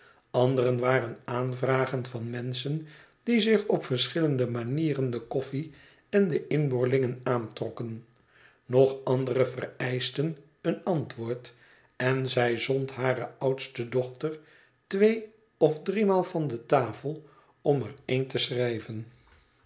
andere waren aanvragen van menschen die zich op verschillende manieren de koffie en de inboorlingen aantrokken nog andere vereischten een antwoord en zij zond hare oudste dochter tweeof driemaal van de tafel om er een te schrijven